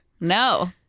No